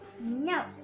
No